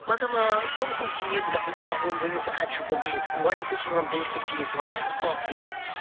مطلب کَم کَم چیٖز گژھن آسٕنۍ ییٚمہِ سۭتۍ أسۍ اَتہِ ہٮ۪کو بِہتھ گۄڈنٮ۪تھٕے چھِ یِوان بیسِک چیٖز چھِ یِوان آکسیٖجن